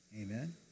Amen